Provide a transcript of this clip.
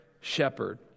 shepherd